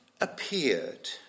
appeared